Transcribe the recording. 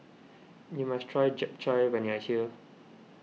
you must try Japchae when you are here